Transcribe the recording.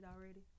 already